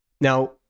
Now